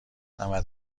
نود